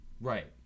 Right